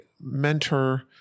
mentor